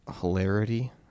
hilarity